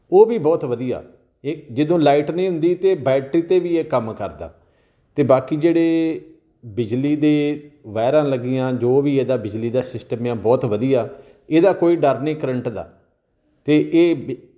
ਉਹ ਵੀ ਬਹੁਤ ਵਧੀਆ ਏ ਜਦੋਂ ਲਾਈਟ ਨਹੀਂ ਹੁੰਦੀ ਤਾਂ ਬੈਟਰੀ 'ਤੇ ਵੀ ਇਹ ਕੰਮ ਕਰਦਾ ਤਾਂ ਬਾਕੀ ਜਿਹੜੇ ਬਿਜਲੀ ਦੇ ਵਾਇਰਾਂ ਲੱਗੀਆਂ ਜੋ ਵੀ ਇਹਦਾ ਬਿਜਲੀ ਦਾ ਸਿਸਟਮ ਆ ਬਹੁਤ ਵਧੀਆ ਇਹਦਾ ਕੋਈ ਡਰ ਨਹੀਂ ਕਰੰਟ ਦਾ ਅਤੇ ਇਹ ਬੇ